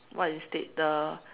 what instead the